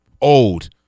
old